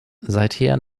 seither